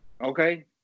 Okay